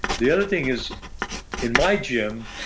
the other thing is in my gym,